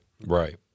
Right